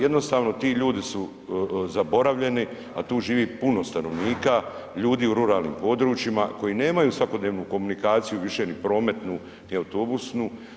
Jednostavno ti ljudi su zaboravljeni, a tu živi puno stanovnika, ljudi u ruralnim područjima koji nemaju svakodnevnu komunikaciju, više ni prometnu i autobusnu.